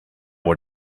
what